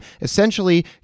essentially